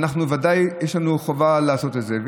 בוודאי יש לנו חובה לעשות את זה.